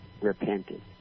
repented